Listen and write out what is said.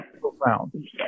profound